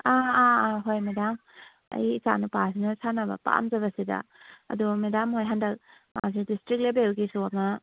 ꯑꯥ ꯑꯥ ꯑꯥ ꯍꯣꯏ ꯃꯦꯗꯥꯝ ꯑꯩꯒꯤ ꯏꯆꯥ ꯅꯨꯄꯥꯁꯤꯅ ꯁꯥꯟꯅꯕ ꯄꯥꯝꯖꯕꯁꯤꯗ ꯑꯗꯣ ꯃꯦꯗꯥꯝꯈꯣꯏꯒꯤ ꯍꯟꯗꯛ ꯗꯤꯁꯇ꯭ꯔꯤꯛ ꯂꯦꯕꯦꯜꯒꯤꯁꯨ ꯑꯃ